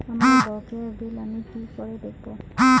আমার বকেয়া বিল আমি কি করে দেখব?